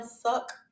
suck